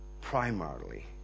primarily